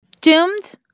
doomed